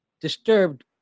disturbed